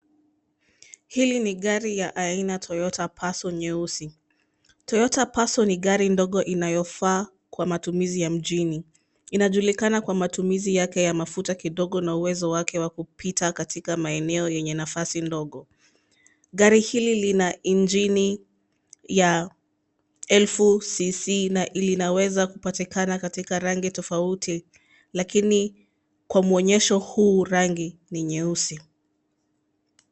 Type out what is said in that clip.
Hii ni gari ya aina toyota passo nyeusi. Toyota passo ni gari ndogo inayofaa kwa matumizi ya mjini inajulikana kwa matumizi yake ya mafuta kidogo na uwezo wake wa kupita katika maeneo yenye nafasi ndogo. Gari hili lina injini ya elfu cc na linaweza kupatikana katika rangi tofauti lakini kwa muonyesho huu rangi ni nyeusi.